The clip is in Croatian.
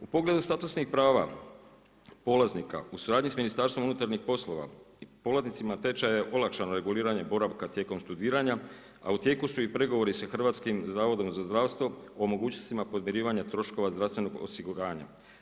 U pogledu statusnih prava polaznika u suradnji sa Ministarstvom unutarnjih poslova polaznicima tečaja olakšano je reguliranje boravka tijekom studiranja a u tijeku su i pregovori sa Hrvatskim zavodom za zdravstvo o mogućnostima podmirivanja troškova zdravstvenog osiguranja.